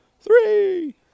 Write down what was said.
three